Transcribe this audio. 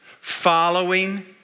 Following